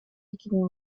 gegen